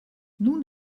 nun